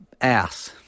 Ass